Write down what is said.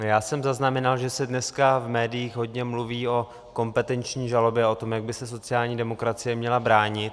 Já jsem zaznamenal, že se dneska v médiích hodně mluví o kompetenční žalobě a o tom, jak by se sociální demokracie měla bránit.